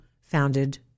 founded